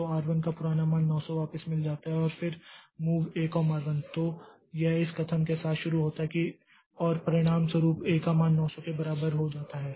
तो R 1 को पुराना मान 900 वापस मिल जाता है और फिर MOV A R 1 तो यह इस कथन के साथ शुरू होता है परिणामस्वरूप A का मान 900 के बराबर हो जाता है